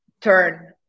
turn